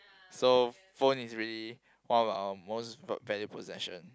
so phone is really one of our most valued possession